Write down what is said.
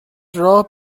راه